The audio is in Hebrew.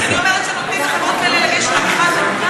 אני אומרת שנותנים לחברות האלה לגשת למכרז.